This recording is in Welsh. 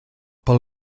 pobl